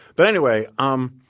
but anyway, um